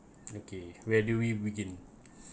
okay where do we begin